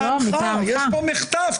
יש פה מחטף.